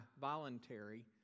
voluntary